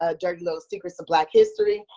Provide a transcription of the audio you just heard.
ah dirty little secrets of black history.